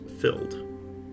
filled